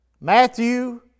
Matthew